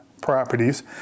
properties